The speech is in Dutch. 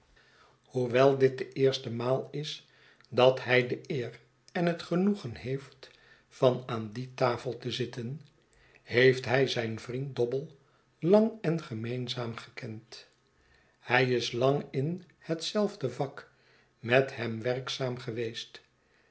hoewel dit de eerste maal is dat hij de eer en het genoegen heeft van aan die tafel te zitten heeft hij zijn vriend dobble lang en gemeenzaam gekend hij is larig in hetzelfde vak met hem werkzaam geweest